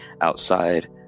outside